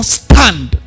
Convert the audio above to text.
stand